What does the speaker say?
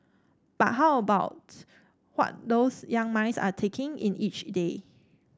but how about what those young minds are taking in each day